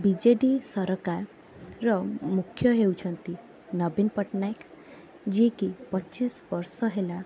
ବି J D ସରକାରର ମୁଖ୍ୟ ହେଉଛନ୍ତି ନବୀନ ପଟ୍ଟନାୟକ ଯିଏକି ପଚିଶବର୍ଷ ହେଲା